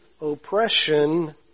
oppression